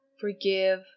Forgive